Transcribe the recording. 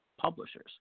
publishers